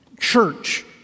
church